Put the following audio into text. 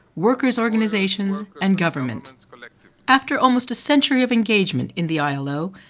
workers organizations and government. after almost a century of engagement in the ilo,